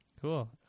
Cool